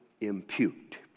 impute